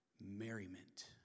merriment